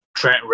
Trent